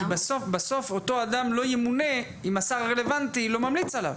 בסוף אותו אדם לא ימונה אם השר הרלוונטי לא ממליץ עליו.